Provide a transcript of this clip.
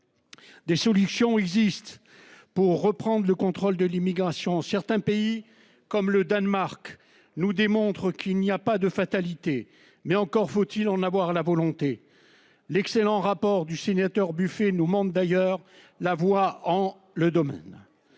Des solutions existent. Pour reprendre le contrôle de l'immigration, certains pays comme le Danemark, nous démontre qu'il n'y a pas de fatalité, mais encore faut-il en avoir la volonté, l'excellent rapport du sénateur buffet nous manque d'ailleurs la voix en le domaine.